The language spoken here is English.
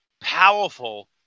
powerful